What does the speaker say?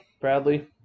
Bradley